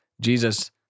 Jesus